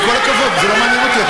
עם כל הכבוד, זה לא מעניין אותי.